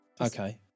Okay